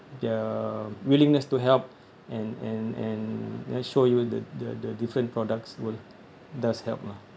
their willingness to help and and and you know show you the the the different products will does help lah